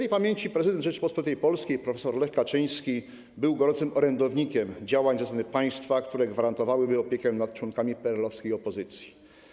Śp. prezydent Rzeczypospolitej Polskiej prof. Lech Kaczyński był gorącym orędownikiem działań ze strony państwa, które gwarantowałyby opiekę nad członkami PRL-owskiej opozycji.